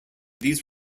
these